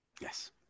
Yes